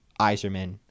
Iserman